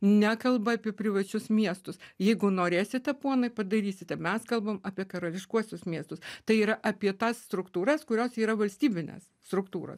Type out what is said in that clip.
nekalba apie privačius miestus jeigu norėsite ponai padarysite mes kalbam apie karališkuosius miestus tai yra apie tas struktūras kurios yra valstybinės struktūros